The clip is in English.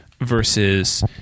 versus